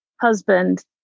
husband